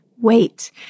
wait